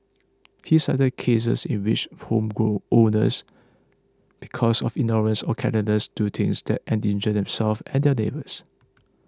he cited cases in which homeowners because of ignorance or carelessness do things that endanger themselves and their neighbours